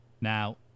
now